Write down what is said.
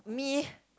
me